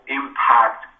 impact